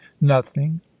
Nothing